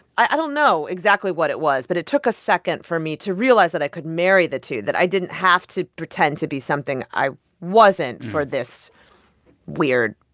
i don't know exactly what it was. but it took a second for me to realize that i could marry the two, that i didn't have to pretend to be something i wasn't for this weird.